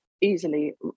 easily